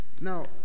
Now